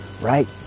Right